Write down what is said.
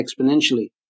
exponentially